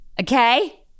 Okay